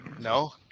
No